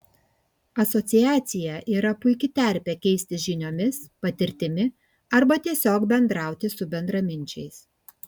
asociacija yra puiki terpė keistis žiniomis patirtimi arba tiesiog bendrauti su bendraminčiais